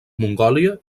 mongòlia